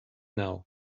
now